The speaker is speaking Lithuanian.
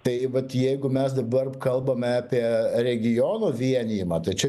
tai vat jeigu mes dabar kalbame apie regiono vienijimą tai čia